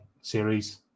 Series